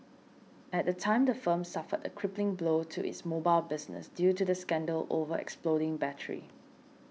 at the time the firm suffered a crippling blow to its mobile business due to the scandal over exploding batteries